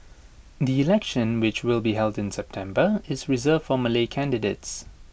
the election which will be held in September is reserved for Malay candidates